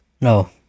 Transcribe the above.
No